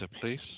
please